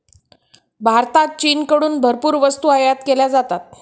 भारतात चीनकडून भरपूर वस्तू आयात केल्या जातात